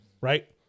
Right